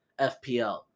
FPL